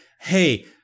hey